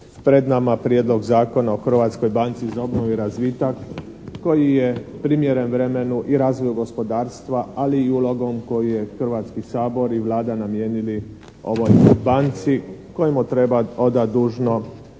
pred nama Prijedlog zakona o Hrvatskoj banci za obnovu i razvitak koji je primjeren vremenu i razvoju gospodarstva, ali i ulogom koju je Hrvatski sabor i Vlada namijenili ovoj banci kojemu treba odati dužno